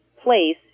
place